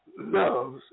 loves